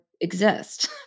exist